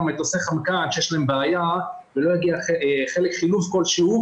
מטוסי חמקן שיש להם בעיה ולא יגיע חלק חילוף כלשהו,